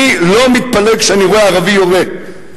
אני לא מתפלא כשאני רואה ערבי יורה,